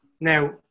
Now